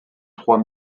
trois